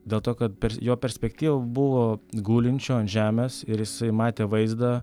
dėl to kad per jo perspektyvą buvo gulinčio ant žemės ir jisai matė vaizdą